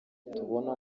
tubona